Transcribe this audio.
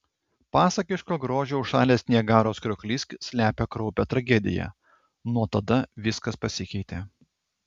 pasakiško grožio užšalęs niagaros krioklys slepia kraupią tragediją nuo tada viskas pasikeitė